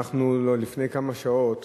לפני כמה שעות